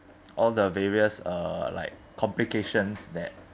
all the various uh like complications that